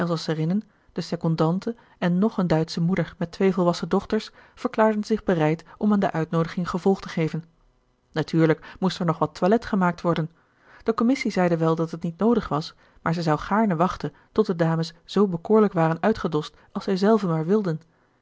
elzasserinnen de secondante en nog eene duitsche moeder met twee volwassen dochters verklaarden zich bereid om aan de uitnoodiging gevolg te geven natuurlijk moest er nog wat toilet gemaakt worden de commissie zeide wel dat het niet noodig was maar zij zou gaarne wachten tot de dames zoo bekoorlijk waren uitgedost als zij zelven maar wilden